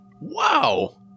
Wow